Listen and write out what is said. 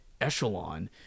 echelon